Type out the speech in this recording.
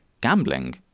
gambling